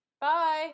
bye